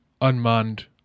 unmanned